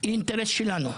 היא אינטרס שלנו.